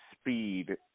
speed